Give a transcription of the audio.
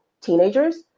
teenagers